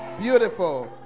Beautiful